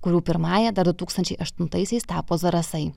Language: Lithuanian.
kurių pirmąja dar du tūkstančiai aštuntaisiais tapo zarasai